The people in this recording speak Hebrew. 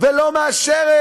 ולא מאשרת,